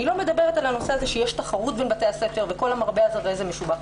אני לא מדברת על הנושא שיש תחרות בין בתי הספר וכל המרבה הרי זה משובח.